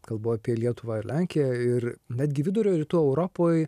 kalbu apie lietuvą ir lenkiją ir netgi vidurio rytų europoj